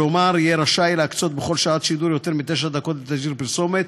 כלומר יהיה רשאי להקצות בכל שעת שידור יותר מתשע דקות לתשדיר פרסומת,